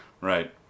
Right